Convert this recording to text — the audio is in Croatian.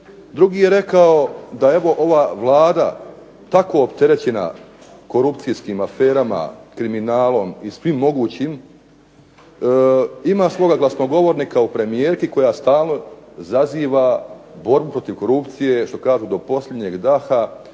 Drugi je rekao da je ova Vlada tako opterećena korupcijskim aferama, kriminalom i svim mogućim ima svoga glasnogovornika u premijerki koja stalno zaziva borbu protiv korupcije što kažu do posljednjeg daha,